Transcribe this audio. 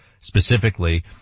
specifically